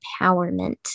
empowerment